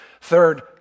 Third